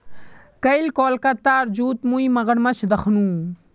कईल कोलकातार जूत मुई मगरमच्छ दखनू